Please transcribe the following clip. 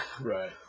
Right